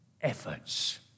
efforts